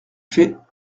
fait